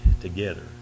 together